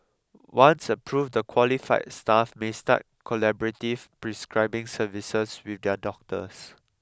once approved the qualified staff may start collaborative prescribing services with their doctors